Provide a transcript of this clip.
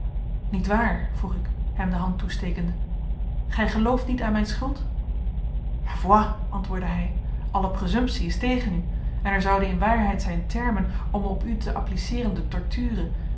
ongelegenheid nietwaar vroeg ik hem de hand toestekende gij gelooft niet aan mijn schuld ma foi antwoordde hij alle presumtie is tegen u en er zouden in waarheid zijn termen om op u te appliceeren de torture